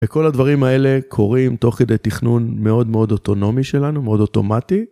וכל הדברים האלה קורים תוך כדי תכנון מאוד מאוד אוטונומי שלנו, מאוד אוטומטי.